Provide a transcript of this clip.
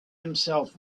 himself